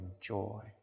joy